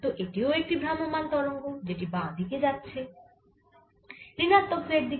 তো এটিও একটি ভ্রাম্যমাণ তরঙ্গ যেটি বাঁ দিকে যাচ্ছে ঋণাত্মক z দিক